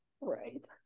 Right